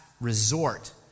resort